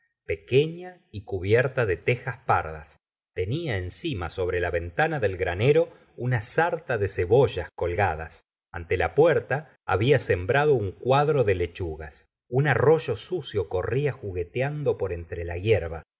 pequeña y cubierta de tejas pardas tenia encima sobre la ventana del granero una sarta de cebollas colgadas ante la puerta habla sembrado un cuadro de lechugas un arroyo sucio corría jugueteando por entre la hierba